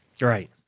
right